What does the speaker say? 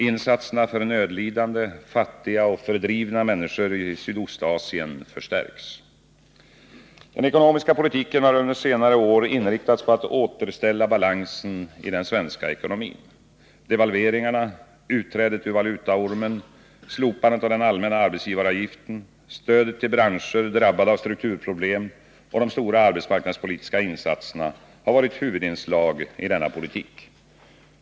Insatserna för nödlidande, fattiga och fördrivna människor i Sydostasien förstärks. Den ekonomiska politiken har under senare år inriktats på att återställa balansen i den svenska ekonomin. Devalveringarna, utträdet ur valutaormen, slopandet av den allmänna arbetsgivaravgiften, stödet till branscher drabbade av strukturproblem och de stora arbetsmarknadspolitiska insatserna har varit huvudinslag i denna politik.